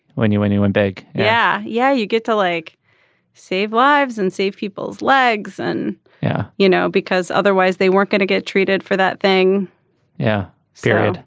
when you win you win big. yeah yeah. you get to like save lives and save people's legs. and yeah you know because otherwise they weren't going to get treated for that thing yeah. sarah.